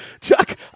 Chuck